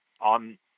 on